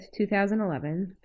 2011